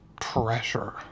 pressure